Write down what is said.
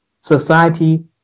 Society